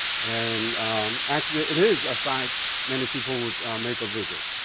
and actually it is a site many people would make a visit.